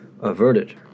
averted